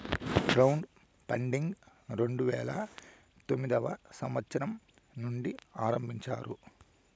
crowd funding రెండు వేల తొమ్మిదవ సంవచ్చరం నుండి ఆరంభించారు